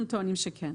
אנחנו טוענים שכן.